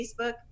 Facebook